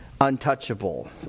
untouchable